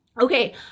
Okay